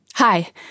Hi